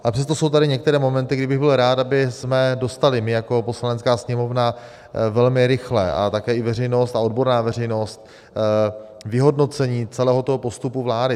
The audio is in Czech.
A přesto jsou tady některé momenty, kdy bych byl rád, abychom dostali my jako Poslanecká sněmovna velmi rychlé, a také i veřejnost a odborná veřejnost, vyhodnocení celého toho postupu vlády.